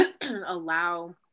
allow